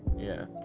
yeah